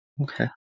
Okay